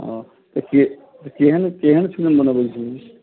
ओ त केहन केहन फिलिम बनबै छी